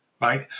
Right